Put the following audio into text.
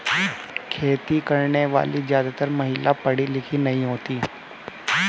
खेती करने वाली ज्यादातर महिला पढ़ी लिखी नहीं होती